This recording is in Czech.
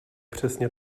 přesně